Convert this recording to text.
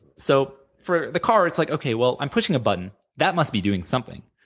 so for the car, it's like okay. well, i'm pushing a button. that must be doing something,